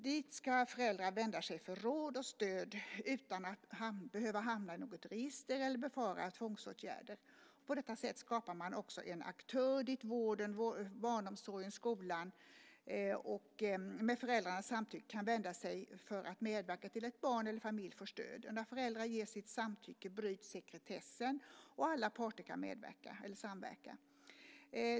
Dit ska föräldrar vända sig för att få råd och stöd utan att behöva hamna i något register eller befara tvångsåtgärder. På detta sätt skapar man också en aktör dit vården, barnomsorgen och skolan med föräldrarnas samtycke kan vända sig för att medverka till att ett barn eller en familj får stöd. När föräldrar ger sitt samtycke bryts sekretessen, och alla parter kan samverka.